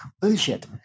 bullshit